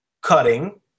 cutting